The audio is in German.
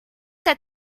der